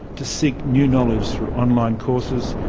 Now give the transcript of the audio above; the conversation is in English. to seek new knowledge through online courses,